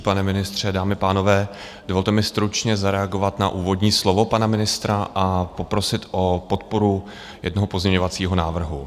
Pane ministře, dámy a pánové, dovolte mi stručně zareagovat na úvodní slovo pana ministra a poprosit o podporu jednoho pozměňovacího návrhu.